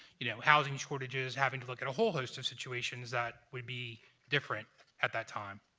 you know, housing shortages, having to look at a whole host of situations that would be different at that time.